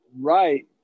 Right